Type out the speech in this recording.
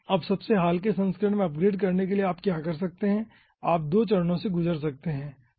अब सबसे हाल के संस्करण में अपग्रेड करने के लिए आप क्या कर सकते हैं आप 2 चरणों से गुजर सकते हैं